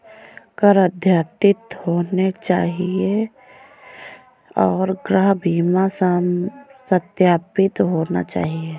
कर अद्यतित होने चाहिए और गृह बीमा सत्यापित होना चाहिए